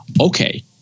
okay